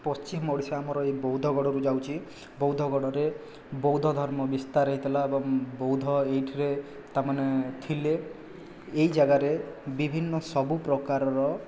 ପଶ୍ଚିମ ଓଡ଼ିଶା ଆମର ଏହି ବୌଦ୍ଧଗଡ଼ରୁ ଯାଉଛି ବୌଦ୍ଧଗଡ଼ରେ ବୌଦ୍ଧ ଧର୍ମ ବିସ୍ତାର ହୋଇଥିଲା ଏବଂ ବୌଦ୍ଧ ଏହିଠିରେ ତାମାନେ ଥିଲେ ଏହି ଜାଗାରେ ବିଭିନ୍ନ ସବୁ ପ୍ରକାରର